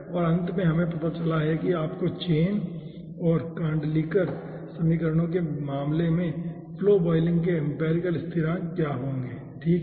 और अंत में हमें पता चला है कि आपके चेन और कांडलीकर समीकरणों के मामले में फ्लो बॉयलिंग के एम्पिरिकल स्थिरांक क्या होंगे ठीक है